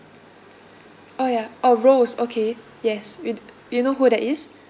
oh ya oh rose okay yes with you know who that is